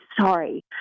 sorry